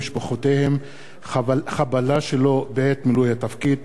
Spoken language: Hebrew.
(חבלה שלא בעת מילוי תפקיד) (תיקון מס' 2),